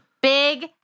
big